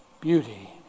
beauty